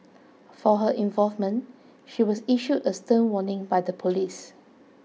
for her involvement she was issued a stern warning by the police